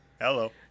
Hello